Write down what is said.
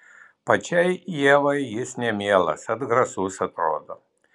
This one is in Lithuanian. pačiai ievai jis nemielas atgrasus atrodo